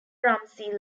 ramsey